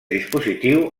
dispositiu